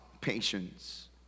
patience